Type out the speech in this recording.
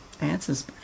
answers